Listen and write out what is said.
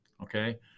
okay